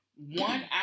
one